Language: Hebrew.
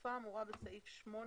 בתקופה האמורה בסעיף 8,